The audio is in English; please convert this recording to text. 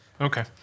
okay